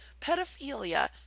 pedophilia